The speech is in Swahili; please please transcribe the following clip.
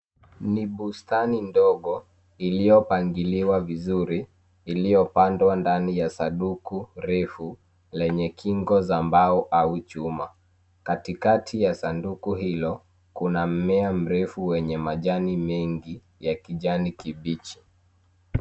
Ni bustani ndogo iliyopangiliwa vizuri iliyopandwa ndani ya sanduku refu lenye kingo za mbao au chuma kati kati ya sanduku hilo kuna mmea mrefu wenye majani mengi ya kijani kibichi